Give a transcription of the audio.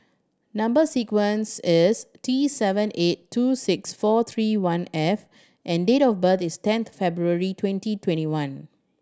number sequence is T seven eight two six four three one F and date of birth is ten February twenty twenty one